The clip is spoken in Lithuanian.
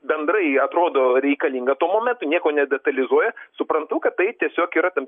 bendrai atrodo reikalinga tuo momentu nieko nedetalizuoja suprantu kad tai tiesiog yra tam